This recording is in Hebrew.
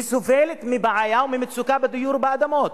וסובלת מבעיה וממצוקה בדיור ובאדמות.